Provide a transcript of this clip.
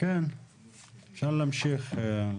אפשר להמשיך.